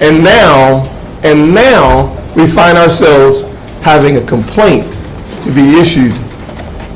and now and now we find ourselves having a complaint to be issued